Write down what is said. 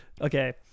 Okay